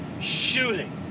shooting